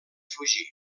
fugir